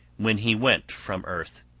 when he went from earth.